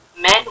men